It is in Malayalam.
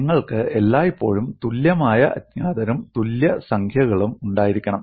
നിങ്ങൾക്ക് എല്ലായ്പ്പോഴും തുല്യമായ അജ്ഞാതരും തുല്യ സംഖ്യകളും ഉണ്ടായിരിക്കണം